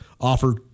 offer